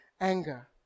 anger